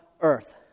earth